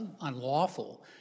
unlawful